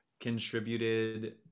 contributed